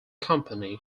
company